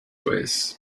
ways